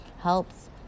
helps